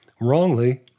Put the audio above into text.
wrongly